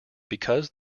because